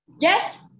Yes